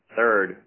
third